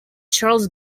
charles